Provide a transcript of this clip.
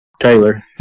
Taylor